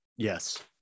Yes